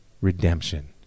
redemption